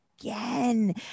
again